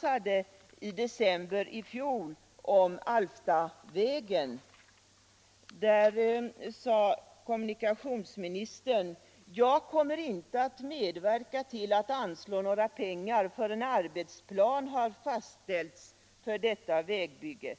förde i december i fjol om Alftavägen. Då sade kommunikationsministern: ”Jag kommer inte att medverka till att anslå några pengar förrän arbetsplan har fastställts för detta vägbygge.